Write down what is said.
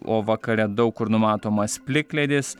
o vakare daug kur numatomas plikledis